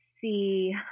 see